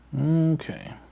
Okay